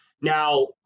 Now